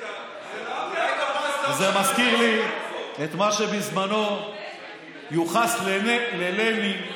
זה מזכיר לי את מה שבזמנו יוחס ללנין: